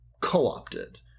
co-opted